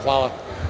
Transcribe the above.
Hvala.